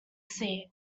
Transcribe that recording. sea